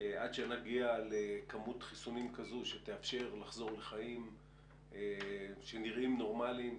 עד שנגיע לכמות חיסונים כזו שתאפשר לחזור לחיים שנראים נורמליים,